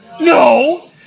no